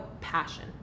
passion